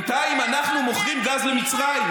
בינתיים אנחנו מוכרים גז למצרים,